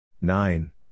Nine